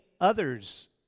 others